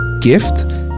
gift